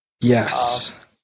Yes